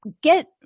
Get